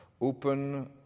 open